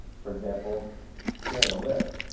for example here in the list.